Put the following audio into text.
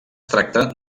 tracta